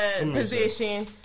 Position